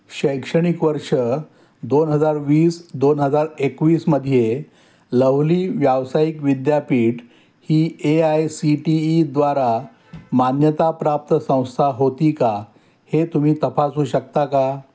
शैक्षणिक वर्ष दोन हजार वीस दोन हजार एकवीसमध्ये लवली व्यावसायिक विद्यापीठ ही ए आय सी टी ईद्वारा मान्यताप्राप्त संस्था होती का हे तुम्ही तपासू शकता का